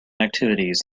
activities